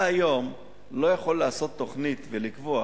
היום אתה לא יכול לעשות תוכנית ולקבוע